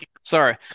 Sorry